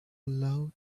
low